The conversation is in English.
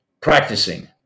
practicing